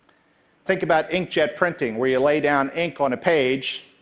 think about inkjet printing where you lay down ink on a page